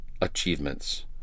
Achievements